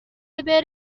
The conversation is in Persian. کنی